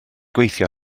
gweithio